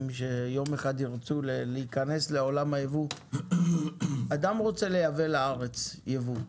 שיום אחד ירצו להיכנס לעולם הייבוא אדם רוצה לייבא לארץ ייבוא,